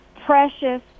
precious